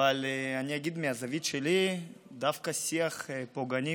אבל אני אגיד מהזווית שלי: דווקא שיח פוגעני